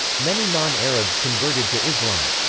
many non-arabs converted to islam.